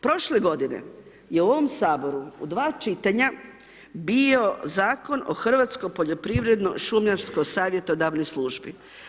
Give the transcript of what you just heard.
Prošle godine je u ovom Saboru, u dva čitanja, bio Zakon o hrvatsko poljoprivredno šumarsko savjetodavnoj službi.